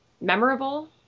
memorable